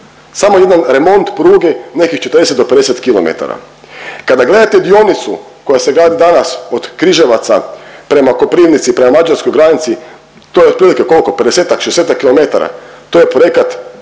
Samo jedan remont pruge nekih 40 do 50 km. Kada gledate dionicu koja se gradi danas od Križevaca prema Koprivnici, prema mađarskoj granici to je otprilike koliko? Pedesetak, šezdesetak kilometara.